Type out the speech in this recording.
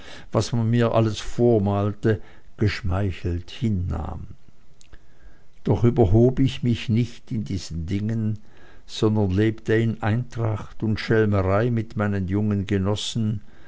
was man mir alles vormalte geschmeichelt hinnahm doch überhob ich mich nicht in diesen dingen sondern lebte in eintracht und schelmerei mit meinen jungen genossen